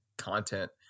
content